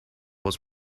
was